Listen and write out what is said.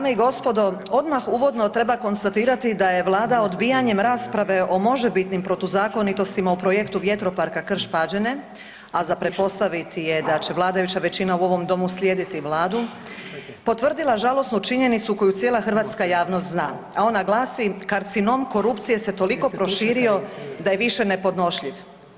gospodo odmah uvodno treba konstatirati da je Vlada odbijanjem rasprave o možebitnim protuzakonitostima u projektu vjetroparka Krš-Pađene, a za pretpostaviti je da će vladajuća većina u ovom domu slijediti Vladu, potvrdila žalosnu činjenicu koju cijela hrvatska javnost zna, a ona glasi karcinom korupcije se toliko proširio da je više nepodnošljiv.